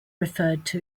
referred